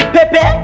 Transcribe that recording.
Pepe